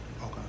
Okay